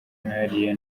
nk’ariya